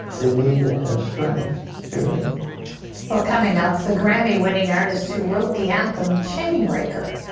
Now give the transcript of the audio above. they need to have strength terry well, coming up, the grammy-winning artist who wrote the anthem chain breaker.